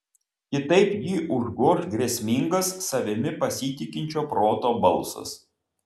kitaip jį užgoš grėsmingas savimi pasitikinčio proto balsas